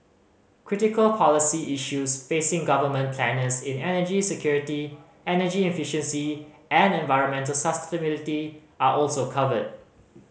critical policy issues facing government planners in energy security energy efficiency and environmental sustainability are also covered